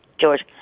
George